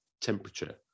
temperature